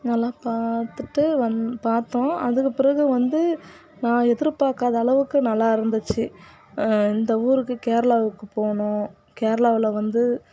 நல்லா பார்த்துட்டு வந் பார்த்தோம் அதுக்கு பிறகு வந்து நான் எதிர்பார்க்காத அளவுக்கு நல்லா இருந்துச்சு இந்த ஊருக்கு கேரளாவுக்கு போனோம் கேரளாவில் வந்து